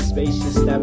Spacious